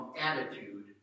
attitude